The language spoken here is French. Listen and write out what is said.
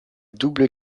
double